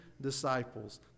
disciples